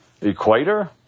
equator